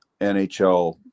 nhl